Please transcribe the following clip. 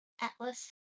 Atlas